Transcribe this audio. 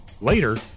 Later